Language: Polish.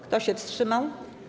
Kto się wstrzymał?